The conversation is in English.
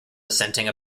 dissenting